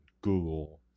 Google